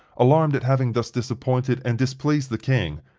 alarmed at having thus disappointed and displeased the king,